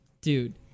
Dude